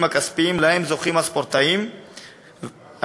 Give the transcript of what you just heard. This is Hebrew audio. הכספיים שלהם זוכים הספורטאים הישראלים